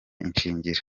ishingiro